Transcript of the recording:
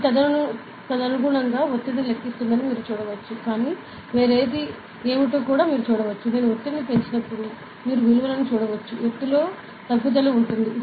ఇది తదనుగుణంగా ఒత్తిడిని లెక్కిస్తుందని మీరు చూడవచ్చు కానీ వేరేది ఏమిటో మీరు చూడవచ్చు నేను ఒత్తిడిని పెంచినప్పుడు మీరు విలువలను చూడవచ్చు ఎత్తులో తగ్గుదల ఉంది